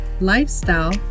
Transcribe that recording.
Lifestyle